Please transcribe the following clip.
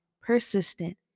persistent